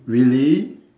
really